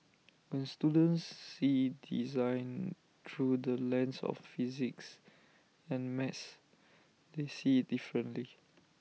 when students see design through the lens of physics and maths they see IT differently